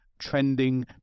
trending